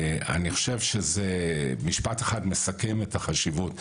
אני חושב שזה משפט חד, מסכם את החשיבות.